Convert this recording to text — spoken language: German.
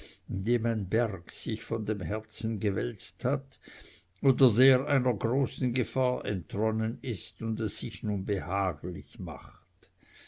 berg sich von dem herzen gewälzt hat oder der einer großen gefahr entronnen ist und es sich nun behaglich macht